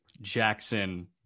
Jackson